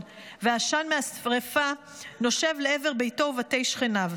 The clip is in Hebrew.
והעשן מהשריפה נושב לעבר ביתו ובתי שכניו.